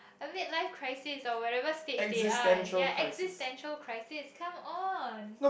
a bit life crisis or whatever stage they are ya existential crisis come one